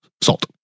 salt